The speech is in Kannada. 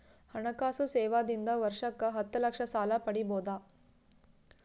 ಹಣಕಾಸು ಸೇವಾ ದಿಂದ ವರ್ಷಕ್ಕ ಹತ್ತ ಲಕ್ಷ ಸಾಲ ಪಡಿಬೋದ?